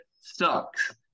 sucks